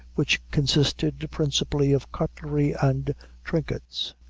which consisted principally of cutlery and trinkets.